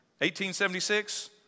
1876